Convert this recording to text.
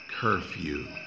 Curfew